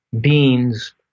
beans